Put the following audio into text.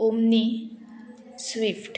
omni swift